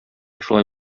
шулай